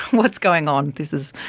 what's going on? this is